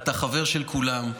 אתה חבר של כולם,